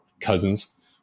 cousins